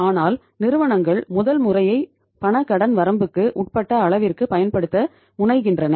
ஆனால் நிறுவனங்கள் முதல் முறையைப் பணக் கடன் வரம்புக்கு உட்பட்ட அளவிற்குப் பயன்படுத்த முனைகின்றன